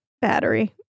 battery